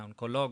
מהאונקולוג,